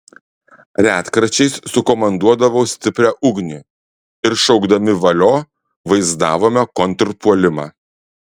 retkarčiais sukomanduodavau stiprią ugnį ir šaukdami valio vaizdavome kontrpuolimą